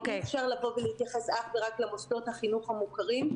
אי-אפשר להתייחס אך ורק למוסדות החינוך המוכרים,